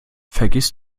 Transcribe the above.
vergiss